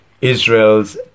Israel's